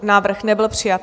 Návrh nebyl přijat.